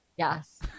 Yes